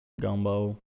gumbo